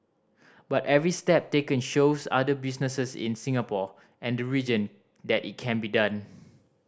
but every step taken shows other businesses in Singapore and the region that it can be done